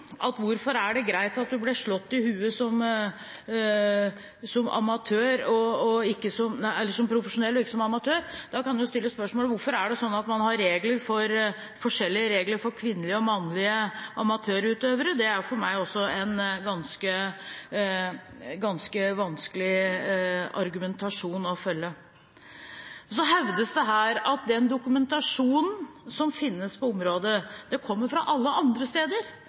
om hvorfor det er greit at man blir slått i hodet som amatør, men ikke som profesjonell. Da kan man stille spørsmålet: Hvorfor har man forskjellige regler for kvinnelige og mannlige amatørutøvere? Det er for meg også en ganske vanskelig argumentasjon å følge. Det hevdes også her at den dokumentasjonen som finnes på området, kommer fra alle andre steder.